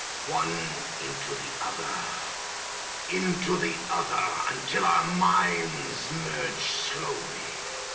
one into the other into the other until our minds merge slowly